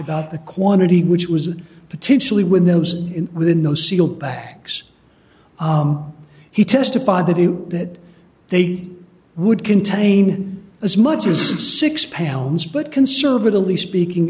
about the quantity which was potentially when those in within those sealed backs he testified that in that they would contain as much as six pounds but conservatively speaking